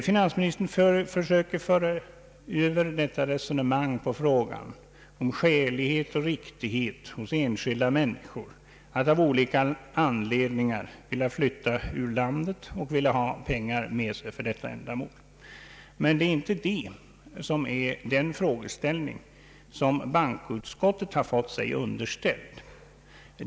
Finansministern söker föra över resonemanget på frågan, om det är skäligt och riktigt att enskilda människor av olika anledningar vill flytta ur landet och ha pengar med sig för det ändamålet. Men detta är inte den frågeställning som bankoutskottet har fått sig underställd.